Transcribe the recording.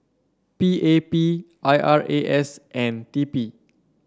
P A P I R A S and T P